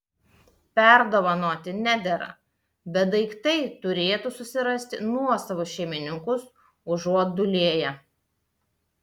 perdovanoti nedera bet daiktai turėtų susirasti nuosavus šeimininkus užuot dūlėję